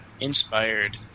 Inspired